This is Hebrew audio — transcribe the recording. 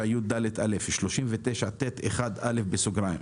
39יד(א); 39טו1(א).